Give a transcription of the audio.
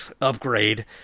upgrade